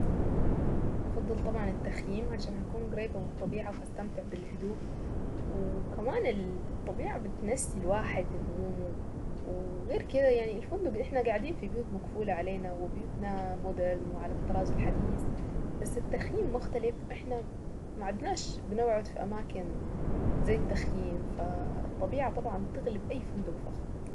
افضل طبعا التخييم عشان هكون قريبة للطبيعة وهستمتع بالهدوء وكمان الطبيعة بتنسي الواحد همومه وغير كده يعني الفندق احنا قاعدين في بيوت مقفولة علينا وبيوتنا موديل وعلى الطراز الحديث. التخييم مختلف احنا ما عدناش بنقعد في اماكن زي التخييم فالطبيعة طبعا بتغلب اي فندق.